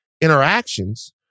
Interactions